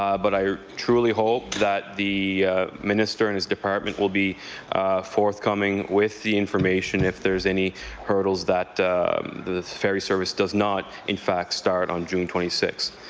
but i truly hope that the minister and his department will be forthcoming with the information if there is any hurdles that the ferry service does not, in fact, start on june twenty sixth.